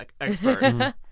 expert